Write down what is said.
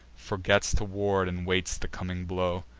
forgets to ward, and waits the coming blow.